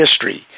history